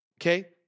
Okay